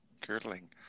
Curdling